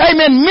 Amen